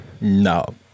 no